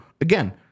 again